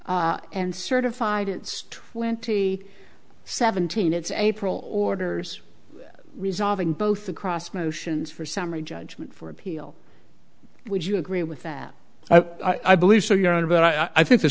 and certified it's twenty seventeen it's april orders resolving both across motions for summary judgment for appeal would you agree with that i believe so your honor but i think the